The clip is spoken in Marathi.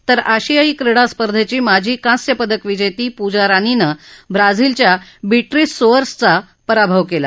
तर आशियाई क्रीडास्पर्धेची माजी कांस्यपदक विजेती पूजा रानीनं ब्राझिलच्या बीट्रीस सोअर्सचा पराभव केला